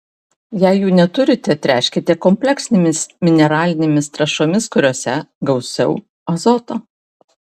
jei jų neturite tręškite kompleksinėmis mineralinėmis trąšomis kuriose gausiau azoto